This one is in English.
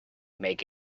make